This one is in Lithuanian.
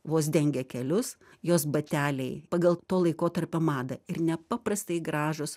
vos dengia kelius jos bateliai pagal to laikotarpio madą ir nepaprastai gražūs